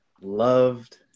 loved